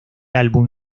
álbum